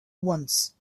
once